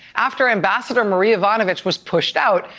after ambassador marie yovanovitch was pushed out,